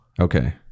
Okay